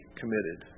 committed